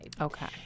okay